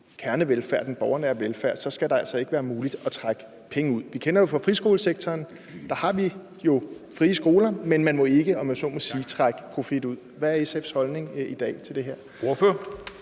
kernevelfærden, den borgernære velfærd, så skal det ikke være muligt at trække penge ud? Vi kender det fra friskolesektoren. Der har vi jo frie skoler, men man må ikke, om jeg så må sige (Første næstformand (Henrik